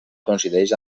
coincideix